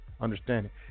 understanding